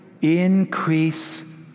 increase